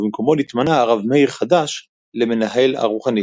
ובמקומו נתמנה הרב מאיר חדש למנהל הרוחני.